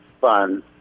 fun